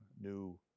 new